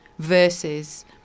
versus